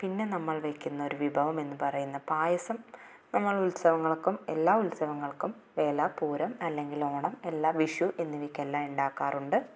പിന്നെ നമ്മള് വെക്കുന്നൊരു വിഭവം എന്നുപറയുന്ന പായസം നമ്മള് ഉത്സവങ്ങള്ക്കും എല്ലാ ഉത്സവങ്ങള്ക്കും വേല പൂരം അല്ലെങ്കില് ഓണം എല്ലാ വിഷു എന്നിവക്കെല്ലാം ഉണ്ടാക്കാറുണ്ട്